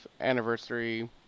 anniversary